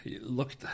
look